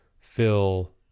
fill